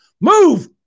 move